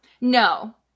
No